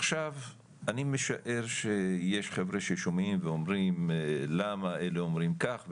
עכשיו אני משער שיש חבר'ה ששומעים ואומרים למה אלה אומרים כך ולמה,